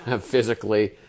physically